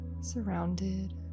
surrounded